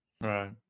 Right